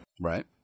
right